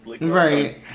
Right